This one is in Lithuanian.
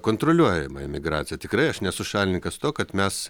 kontroliuojamą imigraciją tikrai aš nesu šalininkas to kad mes